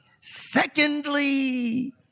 secondly